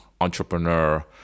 entrepreneur